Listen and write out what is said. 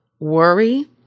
worry